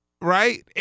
right